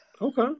okay